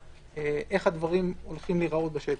איך הדברים הולכים להיראות בשטח.